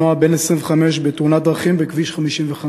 נהרג רוכב אופנוע בן 25 בתאונת דרכים בכביש 55,